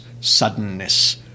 suddenness